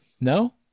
No